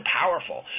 powerful